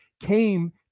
came